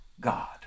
God